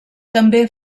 també